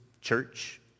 church